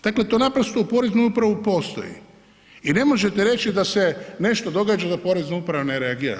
Dakle, to naprosto u Poreznoj upravi postoji i ne možete reći da se nešto događa da Porezna uprava ne reagira.